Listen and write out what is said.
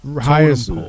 highest